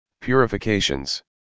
purifications